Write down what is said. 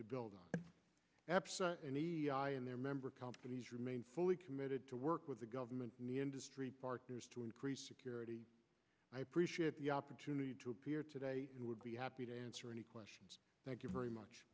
build in their member companies remain fully committed to work with the government me industry partners to increase security i appreciate the opportunity to appear today and would be happy to answer any questions thank you very much